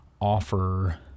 offer